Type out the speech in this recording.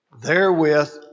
therewith